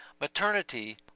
maternity